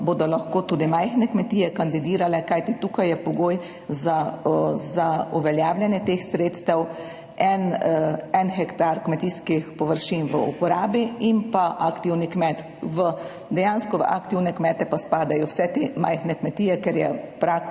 bodo lahko tudi majhne kmetije kandidirale, kajti tukaj je pogoj za uveljavljanje teh sredstev en hektar kmetijskih površin v uporabi in pa aktivni kmet. V aktivne kmete pa spadajo vse te majhne kmetije, ker je prag